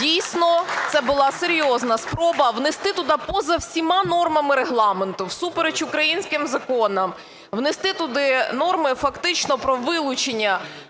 дійсно це була серйозна спроба внести туди, поза всіма нормами Регламенту, всупереч українським законам, внести туди норми фактично про вилучення